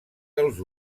dels